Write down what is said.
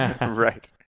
Right